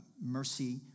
mercy